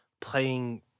playing